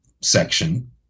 section